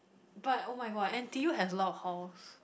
but [oh]-my-god N_T_U has a lot of halls